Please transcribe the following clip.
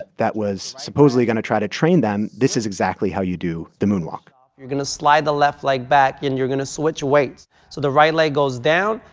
that was supposedly going to try to train them, this is exactly how you do the moonwalk you're going to slide the left leg back, and you're going to switch weights. so the right leg goes down,